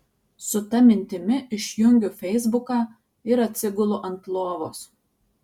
su ta mintimi išjungiu feisbuką ir atsigulu ant lovos